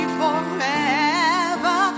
forever